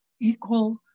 equal